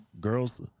girls